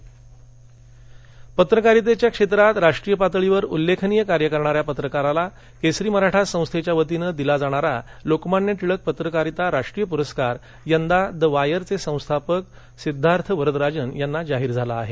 टिळक पत्रकारिता प्रस्कार पत्रकारितेच्या क्षेत्रात राष्ट्रीय पातळीवर उल्लेखनीय कार्य करणाऱ्या पत्रकाराला केसरी मराठा संस्थेच्या वतीने दिला जाणारा लोकमान्य टिळक पत्रकारिता राष्ट्रीय पुरस्कार यंदा द वायरचे संस्थापक सिद्धार्थ वरदराजन यांना जाहीर झाला आहे